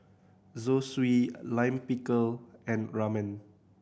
Zosui Lime Pickle and Ramen